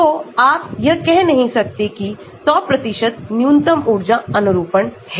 तो आप यह कह नहीं सकते कि 100 न्यूनतम ऊर्जा अनुरूपण है